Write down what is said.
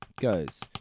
goes